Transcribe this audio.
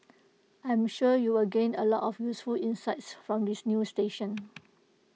I am sure you will gain A lot of useful insights from this new station